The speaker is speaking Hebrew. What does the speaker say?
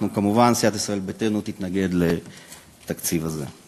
אנחנו, כמובן, סיעת ישראל ביתנו תתנגד לתקציב הזה.